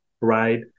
right